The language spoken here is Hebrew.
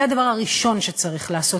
זה הדבר הראשון שצריך לעשות,